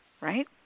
right